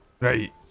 Right